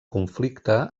conflicte